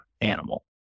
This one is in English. animal